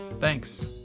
Thanks